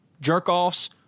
jerk-offs